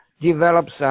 develops